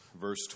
verse